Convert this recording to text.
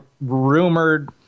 rumored